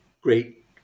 great